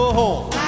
home